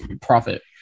profit